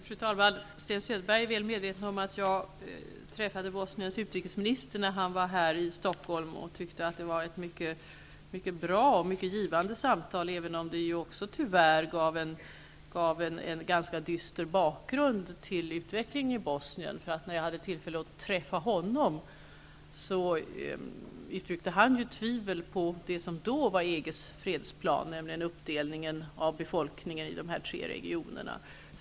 Fru talman! Sten Söderberg är väl medveten om att jag träffade Bosniens utrikesminister när han var här i Stockholm. Jag tyckte vi hade ett mycket bra och givande samtal, även om det gav en ganska dyster bakgrund till utvecklingen i Bosnien. När jag hade tillfälle att träffa honom uttryckte han tvivel på det som då var EG:s fredsplan, nämligen uppdelningen av befolkningen i dessa tre regioner.